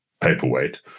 paperweight